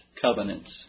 covenants